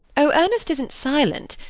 oh, ernest isn't silent.